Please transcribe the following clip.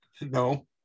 No